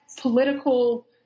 political